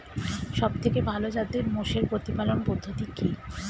সবথেকে ভালো জাতের মোষের প্রতিপালন পদ্ধতি কি?